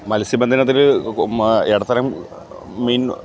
മത്സ്യബന്ധനത്തിൽ ഇടത്തരം മീന്